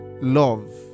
love